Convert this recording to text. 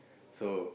so